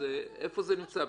איפה זה נמצא?